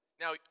Now